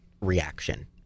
reaction